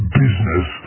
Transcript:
business